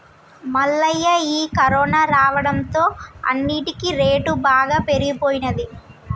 మల్లయ్య ఈ కరోనా రావడంతో అన్నిటికీ రేటు బాగా పెరిగిపోయినది